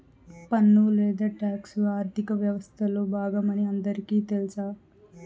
పన్ను లేదా టాక్స్ ఆర్థిక వ్యవస్తలో బాగమని అందరికీ తెల్స